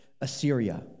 Assyria